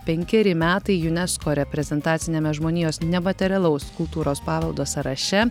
penkeri metai unesco reprezentaciniame žmonijos nematerialaus kultūros paveldo sąraše